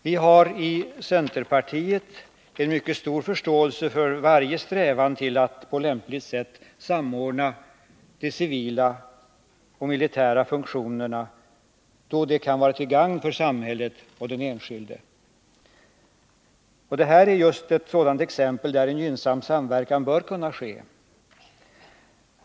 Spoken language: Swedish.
Vi har i centerpartiet mycket stor förståelse för varje strävan att på lämpligt sätt samordna civila och militära funktioner eftersom en sådan samordning kan vara till gagn både för samhället och för den enskilde. Det här är ett exempel på hur en gynnsam samverkan bör kunna ske.